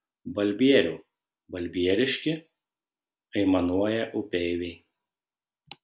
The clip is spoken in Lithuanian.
balbieriau balbieriški aimanuoja upeiviai